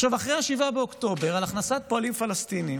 עכשיו, אחרי 7 באוקטובר, על הכנסת פועלים פלסטינים